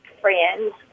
friends